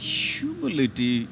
humility